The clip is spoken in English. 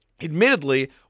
admittedly